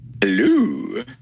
Hello